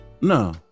No